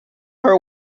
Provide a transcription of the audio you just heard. her